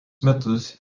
metus